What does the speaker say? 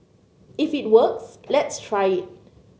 if it works let's try it